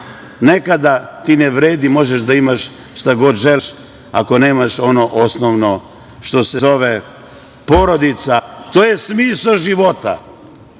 Nekada ti ne vredi, možeš da imaš šta god želiš, ako nemaš ono osnovno što se zove porodica. To je smisao života,